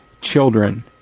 children